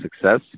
success